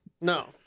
No